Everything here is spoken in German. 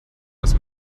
das